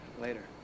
Later